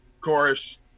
chorus